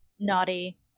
Naughty